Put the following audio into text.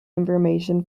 information